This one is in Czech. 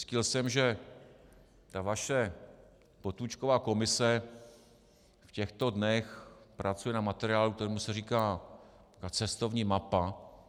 Zjistil jsem, že ta vaše Potůčkova komise v těchto dnech pracuje na materiálu, kterému se říká cestovní mapa.